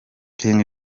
king